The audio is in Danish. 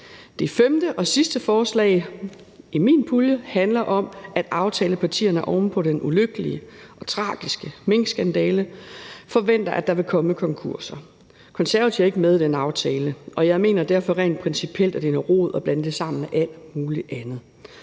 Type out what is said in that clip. Det femte og sidste forslag i min pulje handler om, at aftalepartierne oven på den ulykkelige og tragiske minkskandale forventer, at der vil komme konkurser. Konservative er ikke med i den aftale, og jeg mener derfor rent principielt, at det er noget rod at blande